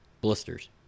Blisters